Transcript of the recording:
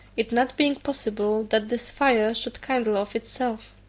it not being possible that this fire should kindle of itself.